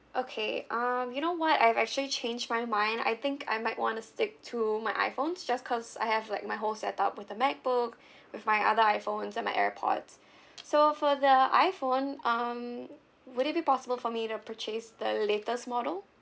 okay um you know what I've actually changed my mind I think I might want to stick to my iphone just cause I have like my whole set up with the macbook with my other iphones and my airpods so for the iphone um would it be possible for me to purchase the latest model